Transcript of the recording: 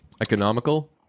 Economical